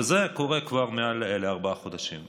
וזה קורה כבר מעל לארבעה חודשים.